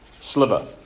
sliver